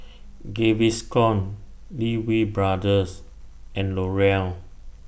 Gaviscon Lee Wee Brothers and L'Oreal